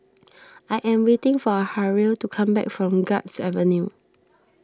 I am waiting for Harrell to come back from Guards Avenue